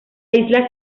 isla